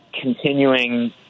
continuing